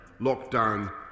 lockdown